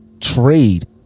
Trade